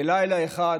בלילה אחד